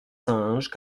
singes